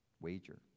wager